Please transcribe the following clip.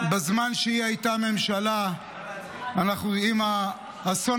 שבזמן שהיא הייתה ממשלה אנחנו עם האסון